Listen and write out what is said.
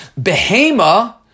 Behema